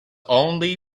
only